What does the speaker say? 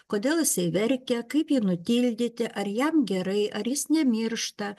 kodėl jisai verkia kaip jį nutildyti ar jam gerai ar jis nemiršta